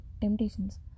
temptations